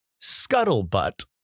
scuttlebutt